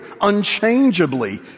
unchangeably